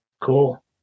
Cool